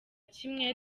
kimwe